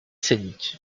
scénique